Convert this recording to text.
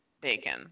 bacon